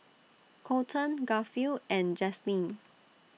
Colten Garfield and Jaslene